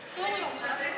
אסור לו.